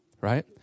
right